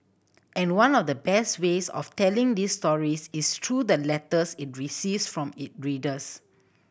and one of the best ways of telling these stories is through the letters it receives from it readers